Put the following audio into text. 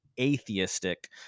atheistic